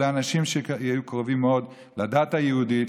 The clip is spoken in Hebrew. אלא אנשים שהיו קרובים מאוד לדת היהודית,